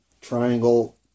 triangle